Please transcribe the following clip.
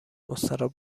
مستراح